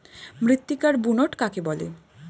মৃত্তিকার বুনট কাকে বলে?